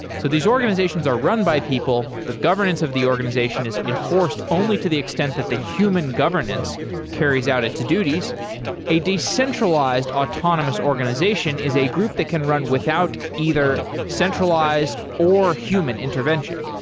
so these organizations are run by people, the governance of the organization is enforced only to the extent that the human governance carries out its duties a decentralized autonomous organization is a group that can run without either centralized or human intervention.